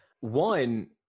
One